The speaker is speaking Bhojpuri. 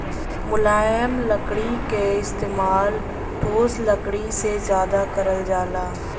मुलायम लकड़ी क इस्तेमाल ठोस लकड़ी से जादा करल जाला